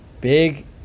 big